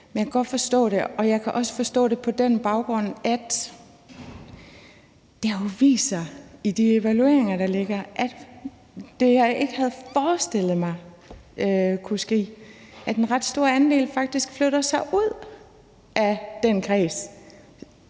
Men jeg kan godt forstå det, og jeg kan også forstå det på den baggrund, at det jo har vist sig i de evalueringer, der ligger, at der er sket det, jeg ikke havde forestillet mig kunne ske, nemlig at en ret stor andel faktisk flytter sig ud af den kreds,